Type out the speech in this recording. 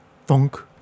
Funk